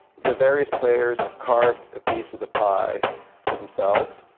the various players have carved a piece of the pie for themselves,